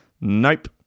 Nope